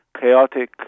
chaotic